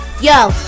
Yo